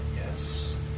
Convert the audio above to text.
yes